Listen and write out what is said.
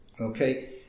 Okay